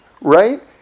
right